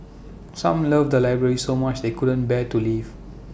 some love the library so much they couldn't bear to leave